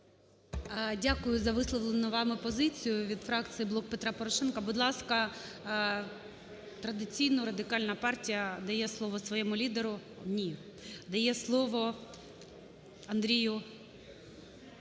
Дякую за висловлену вами позицію від фракції "Блок Петра Порошенка". Будь ласка, традиційно Радикальна партія дає слово своєму лідеру. Ні. Дає слово Андрію